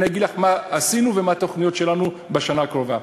אני אגיד לך מה עשינו ומה התוכניות שלנו לשנה הקרובה.